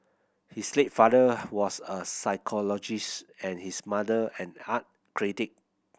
his late father was a psychologist and his mother an art critic